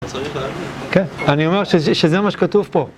כן, אני אומר שזה מה שכתוב פה